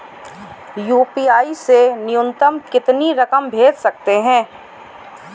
UPI से न्यूनतम कितनी रकम भेज सकते हैं?